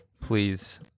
please